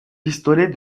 pistolets